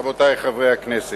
רבותי חברי הכנסת,